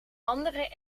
andere